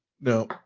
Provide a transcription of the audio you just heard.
No